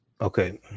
Okay